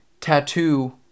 tattoo